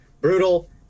brutal